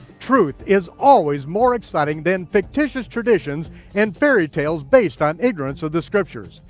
truth is always more exciting than fictitious traditions and fairytales based on ignorance of the scriptures.